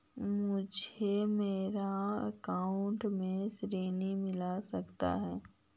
मुझे मेरे अकाउंट से ऋण मिल सकता है?